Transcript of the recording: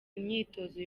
imyitozo